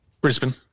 Brisbane